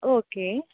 okay